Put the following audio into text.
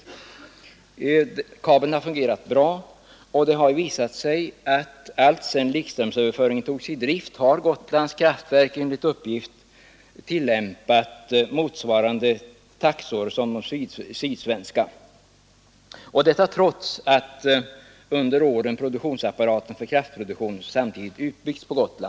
Likströmskabeln har fungerat bra, och alltsedan den togs i drift har Gotlands kraftverk enligt uppgift tillämpat samma taxor som de sydsvenska kraftverken, detta trots att kraftproduktionsapparaten på Gotland samtidigt har utbyggts.